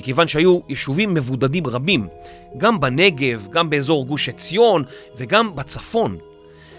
וכיוון שהיו יישובים מבודדים רבים, גם בנגב, גם באזור גוש עציון וגם בצפון,